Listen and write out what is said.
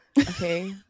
okay